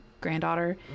granddaughter